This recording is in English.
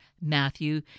Matthew